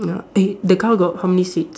ya eh the car got how many seats